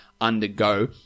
undergo